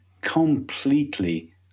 completely